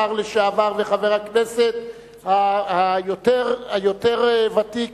השר לשעבר וחבר הכנסת היותר ותיק,